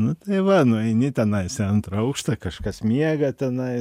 nu tai va nueini tenai antrą aukštą kažkas miega tenai